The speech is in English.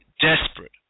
desperate